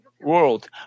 world